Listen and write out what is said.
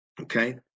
Okay